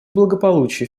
благополучия